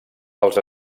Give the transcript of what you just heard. dels